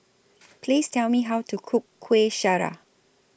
Please Tell Me How to Cook Kueh Syara